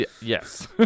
Yes